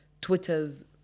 Twitter's